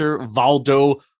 Valdo